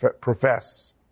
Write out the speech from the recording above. profess